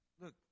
Look